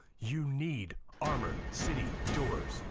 you need armor city doors.